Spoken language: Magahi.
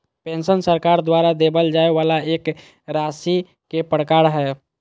पेंशन सरकार द्वारा देबल जाय वाला एक राशि के प्रकार हय